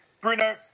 Bruno